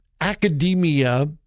Academia